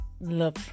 love